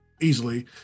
easily